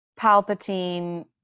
Palpatine